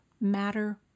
matter